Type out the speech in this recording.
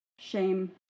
shame